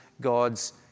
God's